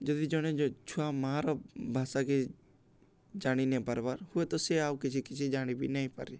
ଯଦି ଜଣେ ଛୁଆ ମାଆର ଭାଷାକେ ଜାଣିିନେ ପାର୍ବାର୍ ହୁଏ ତ ସେ ଆଉ କିଛି କିଛି ଜାଣିବି ନାଇଁପାରେ